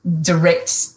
direct